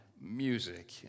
music